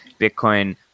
bitcoin